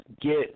get